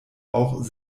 auch